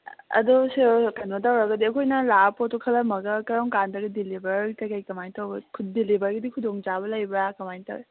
ꯑꯗꯨꯁꯨ ꯀꯩꯅꯣ ꯇꯧꯔꯒꯗꯤ ꯑꯩꯈꯣꯏꯅ ꯂꯥꯛꯑꯒ ꯄꯣꯠꯇꯣ ꯈꯜꯂꯝꯃꯒ ꯀꯔꯝ ꯀꯥꯟꯗ ꯗꯤꯂꯤꯚꯔ ꯀꯔꯤ ꯀꯔꯥ ꯀꯔꯃꯥꯏꯅ ꯇꯧꯋꯤ ꯗꯤꯂꯤꯚꯔꯒꯤꯗꯤ ꯈꯨꯗꯣꯡꯆꯥꯕ ꯂꯩꯕ꯭ꯔꯥ ꯀꯔꯃꯥꯏꯅ ꯇꯧꯋꯤ